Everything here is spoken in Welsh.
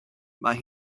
mae